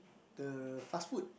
the fast food